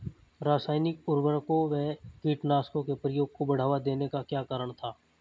रासायनिक उर्वरकों व कीटनाशकों के प्रयोग को बढ़ावा देने का क्या कारण था?